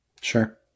Sure